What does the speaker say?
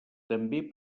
també